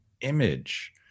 image